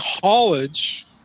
college